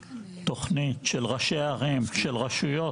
תוכנית של ראשי ערים, של רשויות,